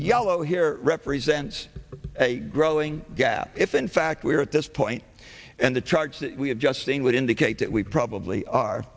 yellow here represents a growing gap if in fact we are at this point and the charge that we have just seen would indicate that we probably are